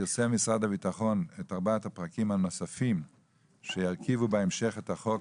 פרסם משרד הביטחון את ארבעת הפרקים הנוספים שירכיבו בהמשך את החוק,